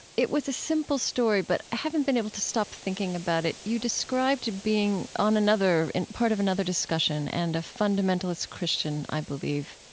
it was a simple story, but i haven't been able to stop thinking about it. you described being on another part of another discussion and a fundamentalist christian, i believe,